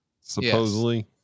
Supposedly